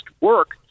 work